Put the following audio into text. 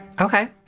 Okay